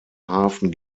hafen